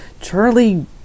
Charlie